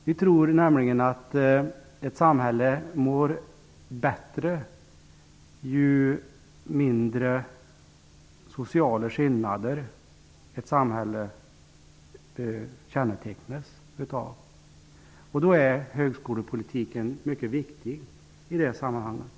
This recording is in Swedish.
Vi tror nämligen att ett samhälle mår bättre ju mindre sociala skillnader det kännetecknas av. Därför är högskolepolitiken mycket viktig i det sammanhanget.